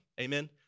amen